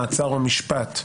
מעצר או משפט,